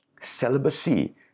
celibacy